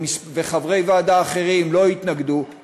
וחברי ועדה אחרים לא התנגדו,